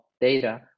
data